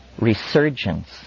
resurgence